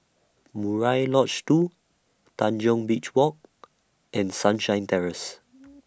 Murai Lodge two Tanjong Beach Walk and Sunshine Terrace